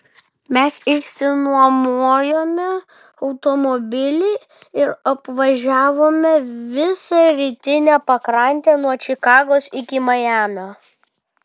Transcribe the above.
mes išsinuomojome automobilį ir apvažiavome visą rytinę pakrantę nuo čikagos iki majamio